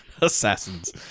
assassins